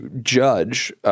judge